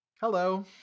hello